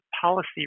policy